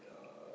uh